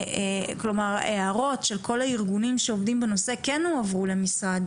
כלומר הערות של כל הארגונים שעובדים בנושא כן הועברו למשרד